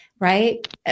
right